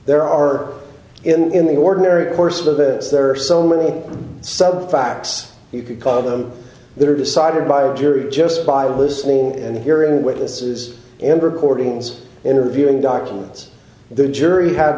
there are in the ordinary course of this there are so many sub facts you could call them that are decided by a jury just by listening and hearing witnesses and recordings interviewing documents the jury have